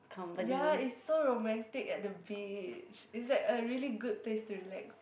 ya it's so romantic at the beach it's like a really good place to relax